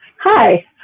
Hi